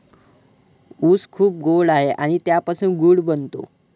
ऊस खूप गोड आहे आणि त्यापासून गूळ बनतो